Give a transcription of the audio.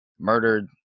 Murdered